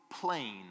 plain